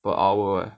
per hour